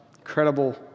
incredible